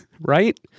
right